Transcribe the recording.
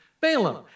Balaam